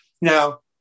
Now